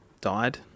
died